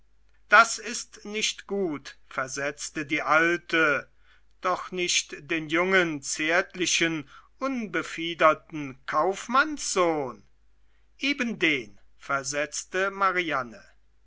das ist nicht gut versetzte die alte doch nicht den jungen zärtlichen unbefiederten kaufmannssohn eben den versetzte mariane